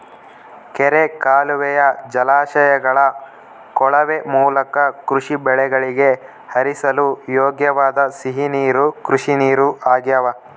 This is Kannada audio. ಕೆರೆ ಕಾಲುವೆಯ ಜಲಾಶಯಗಳ ಕೊಳವೆ ಮೂಲಕ ಕೃಷಿ ಬೆಳೆಗಳಿಗೆ ಹರಿಸಲು ಯೋಗ್ಯವಾದ ಸಿಹಿ ನೀರು ಕೃಷಿನೀರು ಆಗ್ಯಾವ